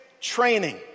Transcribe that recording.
training